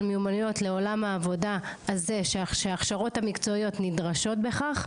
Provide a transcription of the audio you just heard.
מיומנויות לעולם העבודה הזה שהכשרות המקצועיות נדרשות בכך,